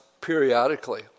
periodically